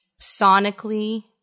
sonically